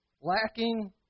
lacking